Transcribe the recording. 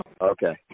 Okay